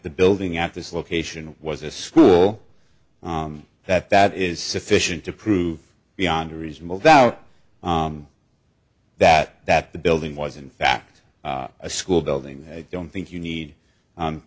the building at this location was a school that that is sufficient to prove beyond a reasonable doubt that that the building was in fact a school building they don't think you need